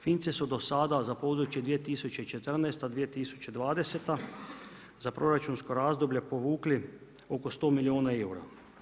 Finci su dosada za područje 2014.-2020. za proračunsko razdoblje povukli oko 100 milijuna eura.